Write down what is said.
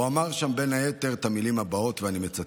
הוא אמר שם בין היתר את המילים הבאות, ואני מצטט: